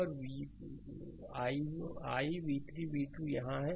और I v3 v2 यहाँ है